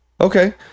Okay